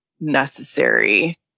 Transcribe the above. necessary